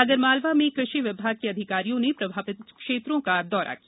आगरमालवा में कृषि विभाग के अधिकारियों ने प्रभावित क्षेत्रों का दौरा किया